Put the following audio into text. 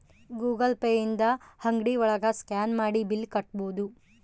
Google Pay ಇಂದ ಅಂಗ್ಡಿ ಒಳಗ ಸ್ಕ್ಯಾನ್ ಮಾಡಿ ಬಿಲ್ ಕಟ್ಬೋದು